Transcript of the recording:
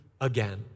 Again